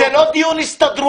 זה לא דיון של ההסתדרות,